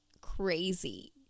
crazy